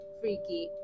freaky